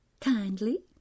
kindly